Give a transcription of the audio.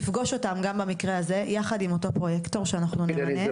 תפגוש אותם גם במקרה הזה יחד עם אותו פרוייקטור שאנחנו נמנה.